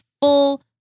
full